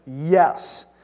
Yes